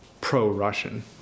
pro-Russian